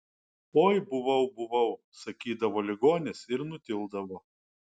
oi buvau buvau sakydavo ligonis ir nutildavo